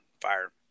Fire